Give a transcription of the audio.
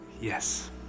Yes